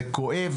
זה כואב,